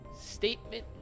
Statement